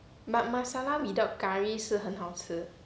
but masala without curry 是很好吃